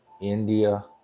...India